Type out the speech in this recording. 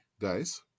Guys